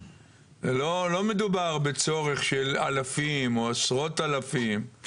לא מדובר בצורך של אלפים או עשרות אלפים.